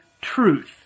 truth